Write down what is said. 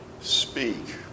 speak